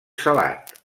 salat